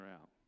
out